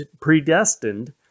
predestined